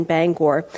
Bangor